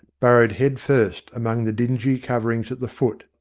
burrowed head first among the dingy coverings at the foot,